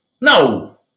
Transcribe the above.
No